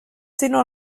sinó